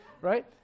Right